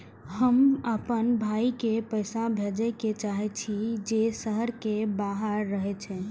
हम आपन भाई के पैसा भेजे के चाहि छी जे शहर के बाहर रहे छै